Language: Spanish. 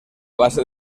base